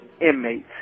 inmates